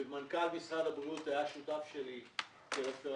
ומנכ"ל משרד הבריאות היה שותף שלי כרפרנט